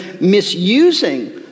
misusing